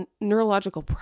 neurological